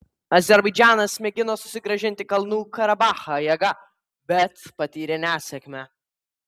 azerbaidžanas mėgino susigrąžinti kalnų karabachą jėga bet patyrė nesėkmę